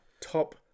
top